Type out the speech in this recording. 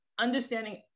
understanding